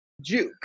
juke